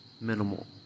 minimal